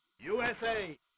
USA